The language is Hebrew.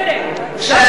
אבל כשאנחנו נהיה,